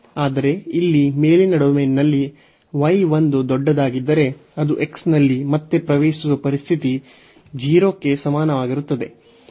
ಆದರೆ ಇಲ್ಲಿ ಮೇಲಿನ ಡೊಮೇನ್ನಲ್ಲಿ y ಒಂದು ದೊಡ್ಡದಾಗಿದ್ದರೆ ಅದು x ನಲ್ಲಿ ಮತ್ತೆ ಪ್ರವೇಶಿಸುವ ಪರಿಸ್ಥಿತಿ 0 ಕ್ಕೆ ಸಮನಾಗಿರುತ್ತದೆ